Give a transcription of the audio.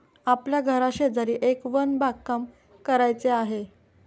आपल्या घराशेजारी एक वन बागकाम करायचे आहे